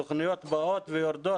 תוכניות באות ויורדות,